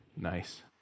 Nice